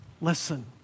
Listen